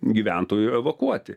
gyventojų evakuoti